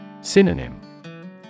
Synonym